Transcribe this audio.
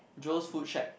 Joe's food shack